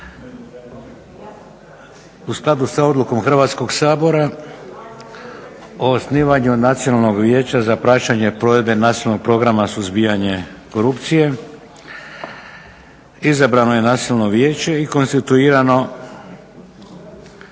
U skladu sa Odlukom Hrvatskoga sabora o osnivanju Nacionalnog vijeća za praćenje provedbe Nacionalnog programa suzbijanja korupcije izabrano je Nacionalno vijeće i konstituirano